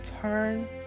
turn